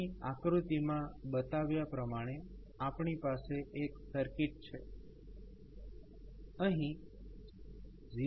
અહીં આકૃતિમાં બતાવ્યા પ્રમાણે આપણી પાસે એક સર્કિટ છે અહીં 0